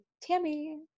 Tammy